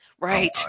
Right